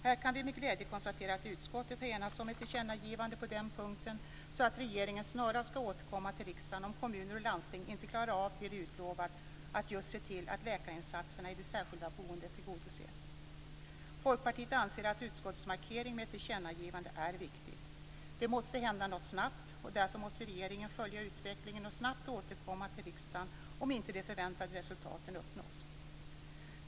Här kan vi med glädje konstatera att utskottet har enats om ett tillkännagivande på den punkten så att regeringen snarast skall återkomma till riksdagen om kommuner och landsting inte klarar av det som de utlovat, att just se till att läkarinsatserna i det särskilda boendet tillgodoses. Folkpartiet anser att utskottets markering med ett tillkännagivande är viktig. Det måste hända något snabbt, och därför måste regeringen följa utvecklingen och snabbt återkomma till riksdagen om inte de förväntade resultaten uppnås.